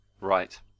right